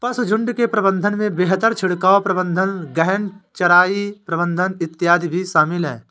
पशुझुण्ड के प्रबंधन में बेहतर बछड़ा प्रबंधन, गहन चराई प्रबंधन इत्यादि भी शामिल है